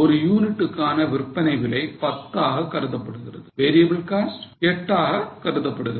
ஒரு யூனிட்டுக்கான விற்பனை விலை 10 ஆக கருதப்படுகிறது variable cost 8 ஆக கருதப்படுகிறது